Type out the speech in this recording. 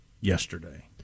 yesterday